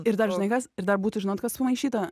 ir dar žinai kas ir dar būtų žinot kas sumaišyta